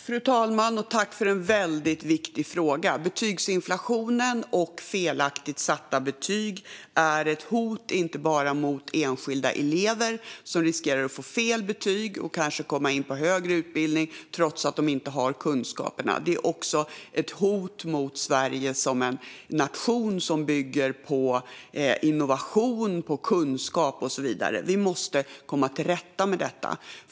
Fru talman! Jag tackar för en viktig fråga. Betygsinflationen och felaktigt satta betyg är ett hot inte bara mot enskilda elever som riskerar att få fel betyg och kanske komma in på högre utbildning trots att de inte har kunskaperna, utan de är också ett hot mot Sverige som en nation som bygger på innovation och kunskap. Vi måste komma till rätta med detta.